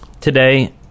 today